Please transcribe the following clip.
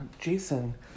Jason